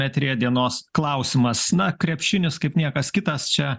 eteryje dienos klausimas na krepšinis kaip niekas kitas čia